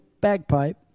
bagpipe